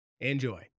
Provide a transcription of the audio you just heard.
enjoy